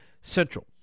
Central